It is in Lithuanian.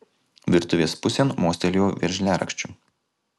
virtuvės pusėn mostelėjau veržliarakčiu